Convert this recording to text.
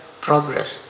progress